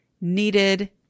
needed